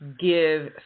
give